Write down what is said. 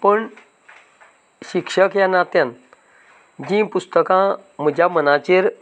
पूण शिक्षक ह्या नात्यान जी पुस्तकां म्हज्या मनाचेर